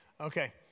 Okay